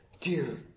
Dear